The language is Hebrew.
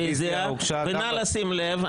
נא לשים לב,